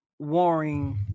Warring